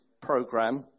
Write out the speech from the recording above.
program